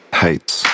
hates